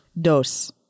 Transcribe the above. Dos